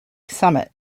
summit